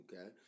Okay